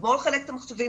תגמור לחלק את המחשבים,